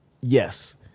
yes